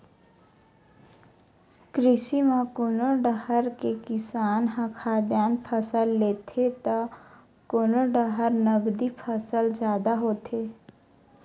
कृषि म कोनो डाहर के किसान ह खाद्यान फसल लेथे त कोनो डाहर नगदी फसल जादा होथे